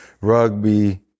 rugby